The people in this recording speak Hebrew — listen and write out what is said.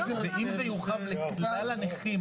ואם זה יורחב לכלל הנכים,